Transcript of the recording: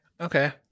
Okay